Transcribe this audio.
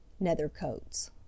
Nethercoats